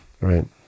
Right